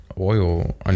oil